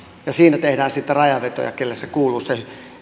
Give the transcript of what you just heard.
siinä tehdään sitten rajanvetoja kelle kuuluu se